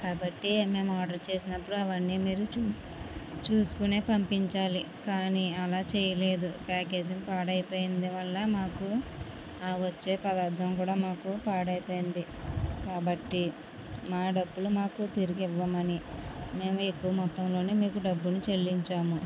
కాబట్టి అవి మేము ఆర్డర్ చేసినప్పుడు అవన్నీ మీరు చూసుకొని పంపించాలి కానీ అలా చేయలేదు పాకేజింగ్ పాడైపోయింది వల్ల మాకు వచ్చే పదార్థం కూడా మాకు పాడైపోయింది కాబట్టి మా డబ్బులు మాకు తిరిగి ఇవ్వమని మేము ఎక్కువ మొత్తంలో మీకు డబ్బులు చెల్లించాము